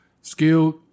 skilled